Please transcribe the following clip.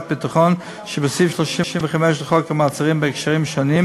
ביטחון שבסעיף 35 לחוק המעצרים בהקשרים שונים,